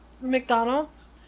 McDonald's